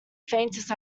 faintest